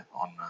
on